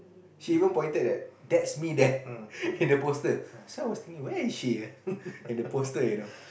she even pointed that that's me there in the poster so I was thinking where is she in the poster you know